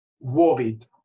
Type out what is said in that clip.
worried